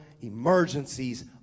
emergencies